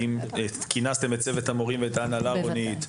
האם כינסתם את צוות המורים ואת ההנהלה, רונית?